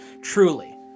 truly